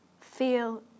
feel